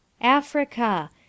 Africa